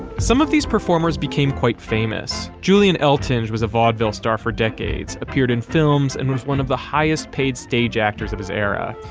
some of these performers became quite famous. julian elton's was a vaudeville star for decades, appeared in films and was one of the highest paid stage actors of his era.